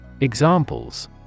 Examples